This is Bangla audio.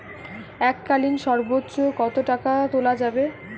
এককালীন সর্বোচ্চ কত টাকা তোলা যাবে?